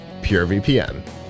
PureVPN